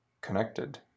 connected